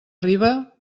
riba